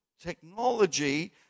technology